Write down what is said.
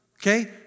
okay